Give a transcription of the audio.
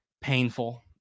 Painful